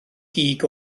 gig